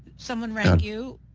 someone rang you?